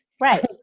Right